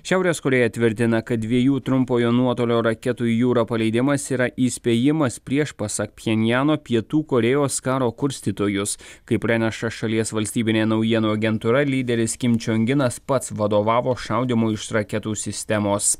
šiaurės korėja tvirtina kad dviejų trumpojo nuotolio raketų į jūrą paleidimas yra įspėjimas prieš pasak pchenjano pietų korėjos karo kurstytojus kaip praneša šalies valstybinė naujienų agentūra lyderis kim čiong inas pats vadovavo šaudymui iš raketų sistemos